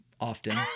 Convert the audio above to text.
often